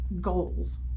goals